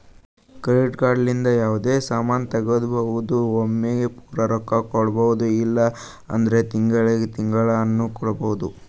credit card ಲಿಂತ ಯಾವ್ದೇ ಸಾಮಾನ್ ತಗೋಬೋದು ಒಮ್ಲಿಗೆ ಪೂರಾ ರೊಕ್ಕಾ ಕೊಡ್ಬೋದು ಇಲ್ಲ ಅಂದುರ್ ತಿಂಗಳಾ ತಿಂಗಳಾನು ಕೊಡ್ಬೋದು